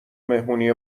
مهمونی